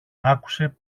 άκουσε